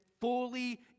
fully